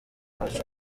wacu